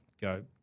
go